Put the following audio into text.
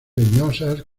leñosas